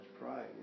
pride